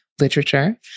literature